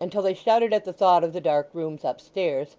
until they shuddered at the thought of the dark rooms upstairs,